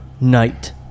Night